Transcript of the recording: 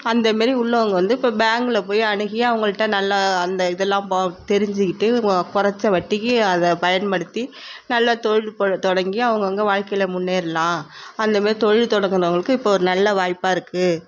அந்தமாரி உள்ளவங்க வந்து இப்போ பேங்க்கில் போய் அணுகி அவங்கள்ட்ட நல்லா அந்த இதெல்லாம் போகும் தெரிஞ்சுக்கிட்டு ஓ குறச்ச வட்டிக்கு அதை பயன்படுத்தி நல்லா தொழில் பழ தொடங்கி அவங்கவுங்க வாழ்க்கையில் முன்னேற்றலாம் அந்தமாரி தொழில் தொடங்குனவங்களுக்கு இப்போது ஒரு நல்ல வாய்ப்பாக இருக்குது